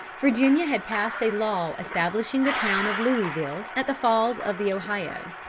virginia had passed a law establishing the town of louisville, at the falls of the ohio.